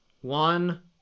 one